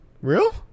real